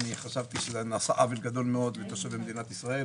וחשבתי שנעשה עוול מאוד לתושבי מדינת ישראל,